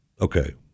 Okay